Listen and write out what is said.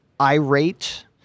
irate